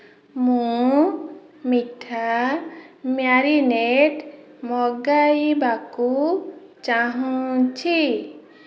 ମୁଁ ମିଠା ମ୍ୟାରିନେଟ୍ ମଗାଇବାକୁ ଚାହୁଁଛି